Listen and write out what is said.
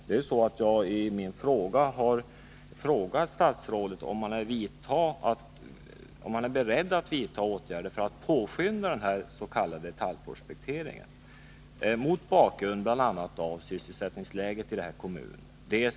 Men jag har frågat, om statsrådet är beredd att vidta åtgärder för att påskynda den s.k. detaljprospekteringen, mot bakgrund bl.a. av sysselsättningsläget i kommunen.